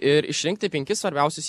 ir išrinkti penkis svarbiausius